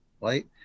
right